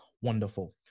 Wonderful